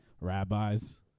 rabbis